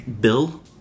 Bill